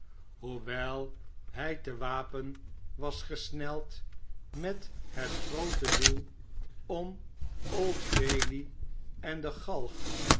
hoewel hij te wapen was gesneld met het groote doel om old bailey en de galg